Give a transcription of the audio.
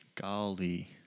Golly